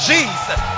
Jesus